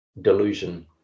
delusion